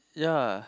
ya